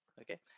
okay